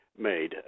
made